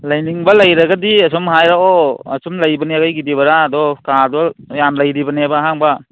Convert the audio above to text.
ꯂꯩꯅꯤꯡꯕ ꯂꯩꯔꯒꯗꯤ ꯑꯁꯨꯝ ꯍꯥꯏꯔꯛꯑꯣ ꯑꯁꯨꯝ ꯂꯩꯕꯅꯦ ꯑꯩꯒꯤꯗꯤ ꯚꯔꯥꯗꯣ ꯀꯥꯗꯣ ꯌꯥꯝ ꯂꯩꯔꯤꯕꯅꯦꯕ ꯑꯍꯥꯡꯕ